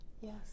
Yes